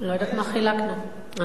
לא חילקנו מספיק?